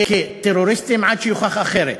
כדי לקדם התנחלויות שרצויות לממשלה מבחינה פוליטית.